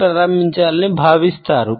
ప్రారంభించాలని భావిస్తారు